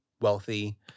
wealthy